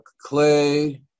clay